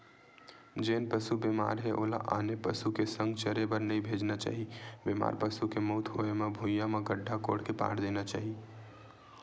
जेन पसु बेमार हे ओला आने पसु के संघ चरे बर नइ भेजना चाही, बेमार पसु के मउत होय म भुइँया म गड्ढ़ा कोड़ के पाट देना चाही